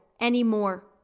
anymore